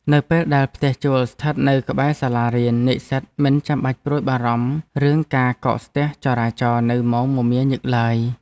នៅពេលដែលផ្ទះជួលស្ថិតនៅក្បែរសាលារៀន និស្សិតមិនចាំបាច់ព្រួយបារម្ភរឿងការកកស្ទះចរាចរណ៍នៅម៉ោងមមាញឹកឡើយ។